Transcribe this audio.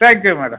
thank you madam